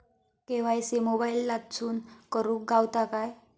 KYC मोबाईलातसून करुक गावता काय?